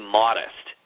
modest